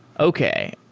okay.